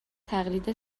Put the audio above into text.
تقلید